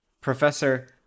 Professor